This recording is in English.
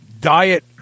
diet